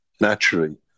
naturally